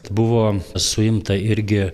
buvo suimta irgi